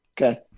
Okay